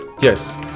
Yes